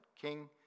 king